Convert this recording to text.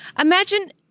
Imagine